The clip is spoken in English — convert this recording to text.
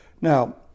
Now